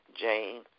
Jane